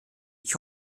ich